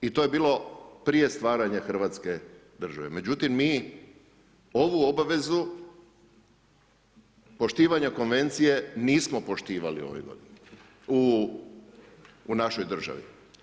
I to je bilo prije stvaranja hrvatske države, međutim mi ovu obavezu poštovanja Konvencije nismo poštivali u našoj državi.